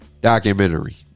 documentary